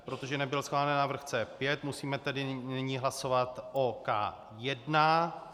Protože nebyl schválen návrh C5, musíme tedy nyní hlasovat o K1.